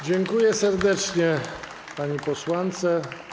Dziękuję serdecznie pani posłance.